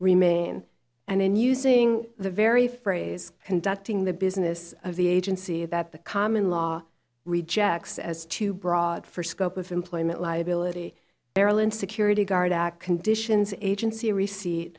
remain and then using the very phrase conducting the business of the agency that the common law rejects as too broad for scope of employment liability maryland security guard act conditions agency receipt